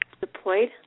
deployed